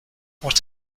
what